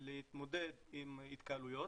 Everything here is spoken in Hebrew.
להתמודד עם התקהלויות,